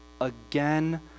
Again